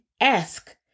ask